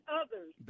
others